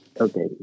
Okay